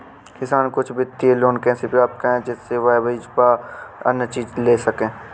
किसान कुछ वित्तीय लोन कैसे प्राप्त करें जिससे वह बीज व अन्य चीज ले सके?